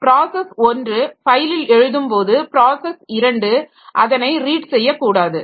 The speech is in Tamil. ப்ராஸஸ் 1 ஃபைலில் எழுதும்பொழுது ப்ராஸஸ் 2 அதனை ரீட் செய்யக்கூடாது